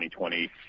2020